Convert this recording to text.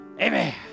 Amen